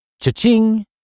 Cha-ching